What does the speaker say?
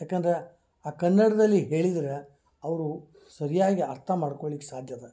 ಯಾಕಂದ್ರೆ ಆ ಕನ್ನಡದಲ್ಲಿ ಹೇಳಿದ್ರೆ ಅವರು ಸರಿಯಾಗಿ ಅರ್ಥ ಮಾಡ್ಕೊಳ್ಳಿಕ್ಕೆ ಸಾಧ್ಯದ